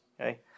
okay